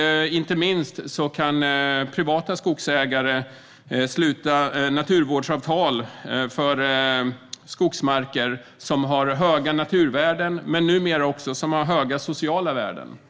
Inte minst kan privata skogsägare sluta naturvårdsavtal för skogsmarker med stora naturvärden och, numera, även för skogsmarker med stora sociala värden.